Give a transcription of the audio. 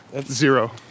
Zero